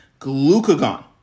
glucagon